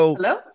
Hello